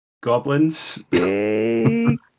Goblins